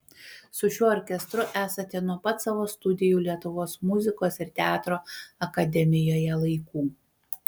su šiuo orkestru esate nuo pat savo studijų lietuvos muzikos ir teatro akademijoje laikų